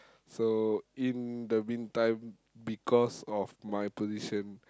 so in the meantime because of my position